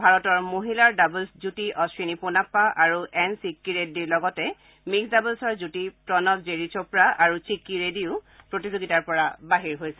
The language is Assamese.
ভাৰতৰ মহিলাৰ ডাবলছ যুটী অশ্বিনী পোনাপ্পা আৰু এন ছিক্কি ৰেড্ডীৰ লগতে মিক্স ডাবলছ যুটী প্ৰণৱ জেৰী চোপ্ৰা আৰু ছিক্কি ৰেড্ডীও প্ৰতিযোগিতাৰ পৰা বাহিৰ হৈছে